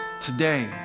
Today